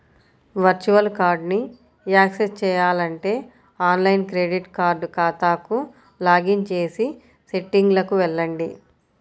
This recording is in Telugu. వర్చువల్ కార్డ్ని యాక్సెస్ చేయాలంటే ఆన్లైన్ క్రెడిట్ కార్డ్ ఖాతాకు లాగిన్ చేసి సెట్టింగ్లకు వెళ్లండి